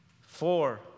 Four